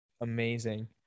amazing